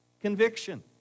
Conviction